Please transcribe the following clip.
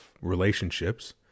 relationships